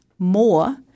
more